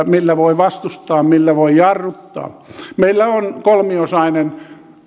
millä voi vastustaa millä voi jarruttaa meillä on kolmiosainen